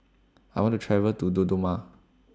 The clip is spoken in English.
I want to travel to Dodoma